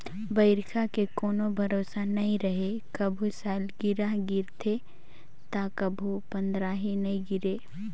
बइरखा के कोनो भरोसा नइ रहें, कभू सालगिरह गिरथे त कभू पंदरही नइ गिरे